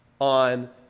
on